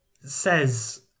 says